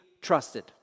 trusted